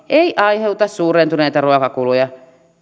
ei aiheuta suurentuneita ruokakuluja